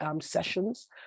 sessions